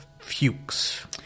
Fuchs